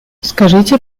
скажите